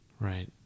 Right